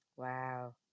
Wow